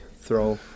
throw